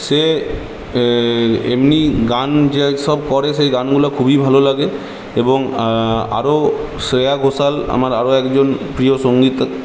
সে এমনি গান যেসব করে সেই গানগুলো খুবই ভালো লাগে এবং আরও শ্রেয়া ঘোষাল আমার আরও একজন প্রিয় সঙ্গীত